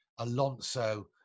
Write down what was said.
Alonso